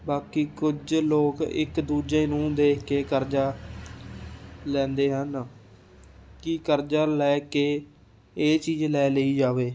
ਬਾਕੀ ਕੁਝ ਲੋਕ ਇੱਕ ਦੂਜੇ ਨੂੰ ਦੇਖ ਕੇ ਕਰਜ਼ਾ ਲੈਂਦੇ ਹਨ ਕਿ ਕਰਜ਼ਾ ਲੈ ਕੇ ਇਹ ਚੀਜ਼ ਲੈ ਲਈ ਜਾਵੇ